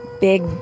big